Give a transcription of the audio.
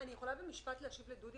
דודי,